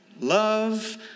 Love